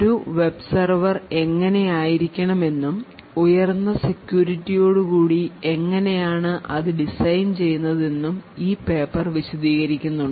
ഒരു web server എങ്ങനെയായിരിക്കണം എന്നും ഉയർന്ന സെക്യൂരിറ്റിയോട് കൂടി എങ്ങനെയാണ് അത് ഡിസൈൻ ചെയ്യുന്നത് എന്നും ഈ പേപ്പർ വിശദീകരിക്കുന്നുണ്ട്